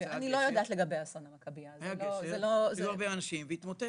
אני לא יודעת, זה לא אסון טבע.